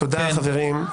תודה, חברים.